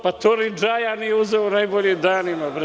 Pa, to ni Džaja nije uzeo u najboljim danima.